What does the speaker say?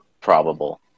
probable